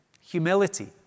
humility